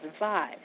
2005